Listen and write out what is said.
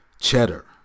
cheddar